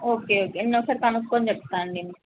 okay okay నేను ఒకసారి కనుక్కొని చెప్తా అండి మీకు